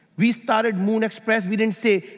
we started moon express, we didn't say,